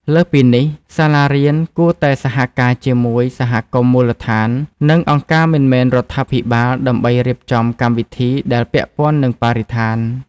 លើសពីនេះ សាលារៀនគួរតែសហការជាមួយសហគមន៍មូលដ្ឋាន និងអង្គការមិនមែនរដ្ឋាភិបាលដើម្បីរៀបចំកម្មវិធីដែលពាក់ព័ន្ធនឹងបរិស្ថាន។